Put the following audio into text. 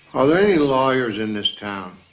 are there any lawyers in this town?